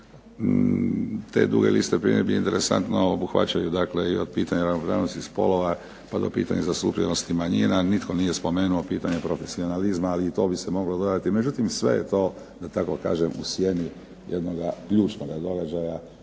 Te duge liste primjedbi, interesantno, obuhvaćaju dakle i od pitanja ravnopravnosti spolova pa do pitanja zastupljenosti manjina. Nitko nije spomenuo pitanje profesionalizma, ali i to bi moglo dodati. Međutim, sve je to u sjeni jednoga ključnog događaja,